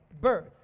birth